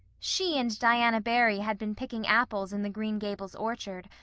she and diana barry had been picking apples in the green gables orchard,